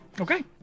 Okay